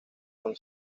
con